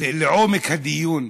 לעומק הדיון.